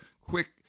quick